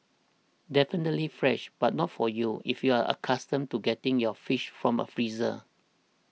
definitely fresh but not for you if you're accustomed to getting your fish from a freezer